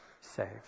saved